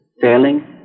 failing